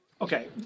Okay